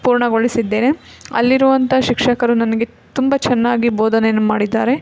ಪೂರ್ಣಗೊಳಿಸಿದ್ದೇನೆ ಅಲ್ಲಿರುವಂಥ ಶಿಕ್ಷಕರು ನನಗೆ ತುಂಬ ಚೆನ್ನಾಗಿ ಬೋಧನೆಯನ್ನು ಮಾಡಿದ್ದಾರೆ